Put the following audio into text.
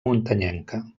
muntanyenca